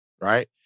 right